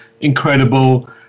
incredible